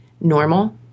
normal